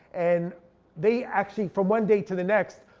and they actually, from one day to the next,